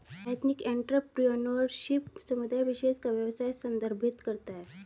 ethnic entrepreneurship समुदाय विशेष का व्यवसाय संदर्भित करता है